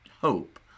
hope